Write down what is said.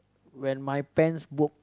when my pants broke